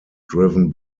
driven